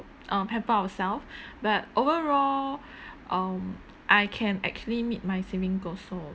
uh pamper ourself but overall um I can actually meet my saving goals so